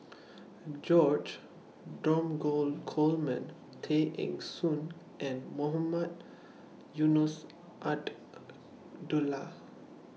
George Dromgold Coleman Tay Eng Soon and Mohamed Eunos